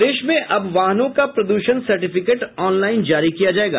प्रदेश में अब वाहनों का प्रदूषण सर्टिफिकेट ऑनलाइन जारी किया जायेगा